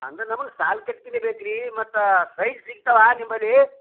ಅಂದ್ರೆ ನಮ್ಗೆ ಸಾಲ್ ಕಟ್ಗಿಯೇ ಬೇಕು ರೀ ಮತ್ತು ಸೈಝ್ ಸಿಗ್ತವಾ ನಿಮ್ಮಲ್ಲಿ